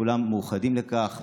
כולם מאוחדים בכך,